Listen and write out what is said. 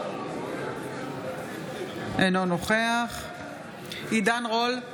אינו נוכח עידן רול,